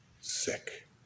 sick